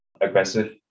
aggressive